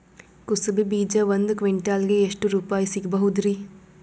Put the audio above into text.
ಕುಸಬಿ ಬೀಜ ಒಂದ್ ಕ್ವಿಂಟಾಲ್ ಗೆ ಎಷ್ಟುರುಪಾಯಿ ಸಿಗಬಹುದುರೀ?